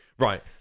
Right